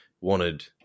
wanted –